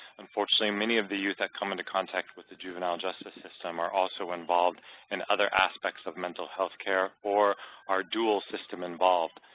unfortunately, many of the youth that come into contact with the juvenile justice system are also involved in other aspects of mental health care or are dual-system involved,